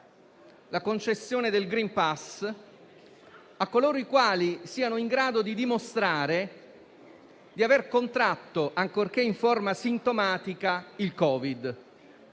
la concessione del *green pass* a coloro i quali siano in grado di dimostrare di aver contratto, ancorché in forma asintomatica, il Covid-19.